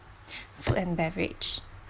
food and beverage